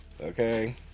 Okay